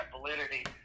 validity